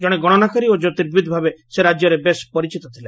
ଜଶେ ଗଶନାକାରୀ ଓ କ୍ୟୋତିର୍ବିଦ୍ ଭାବେ ସେ ରାଜ୍ୟରେ ବେଶ୍ ପରିଚିତ ଥିଲେ